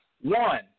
One